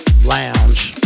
Lounge